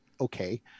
okay